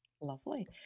Lovely